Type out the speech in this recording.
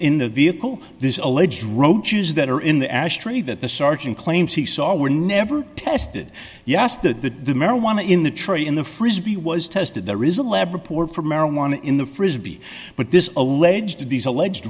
in the vehicle this alleged roaches that are in the ashtray that the sergeant claims he saw were never tested yes the marijuana in the tree in the frisbee was tested there is a lab report for marijuana in the frisbee but this alleged these alleged